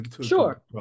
Sure